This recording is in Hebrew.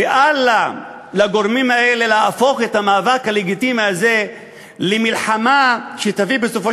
ואל לגורמים האלה להפוך את המאבק הלגיטימי הזה למלחמה שתביא בסופו